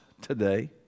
today